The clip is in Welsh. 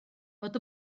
fod